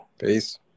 Peace